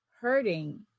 hurting